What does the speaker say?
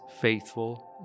faithful